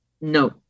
No